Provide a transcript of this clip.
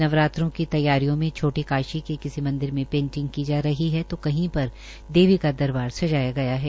नवरात्रों की तैयारियों में छोटी काशी के किसी मंदिर में पेंटिंग की जा रही है तो कही पर देवी का दरबार सजाया गया है